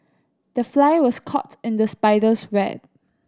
the fly was caught in the spider's web